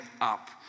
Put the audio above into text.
up